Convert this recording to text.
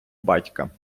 батька